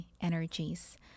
energies